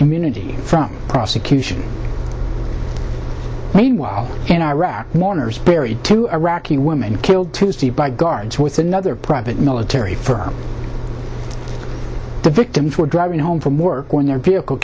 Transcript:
immunity from prosecution meanwhile in iraq mourners buried two iraqi women killed tuesday by guards with another private military for the victims were driving home from work when their vehicle